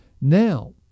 Now